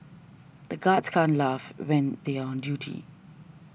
the guards can't laugh when they are on duty